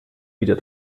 wieder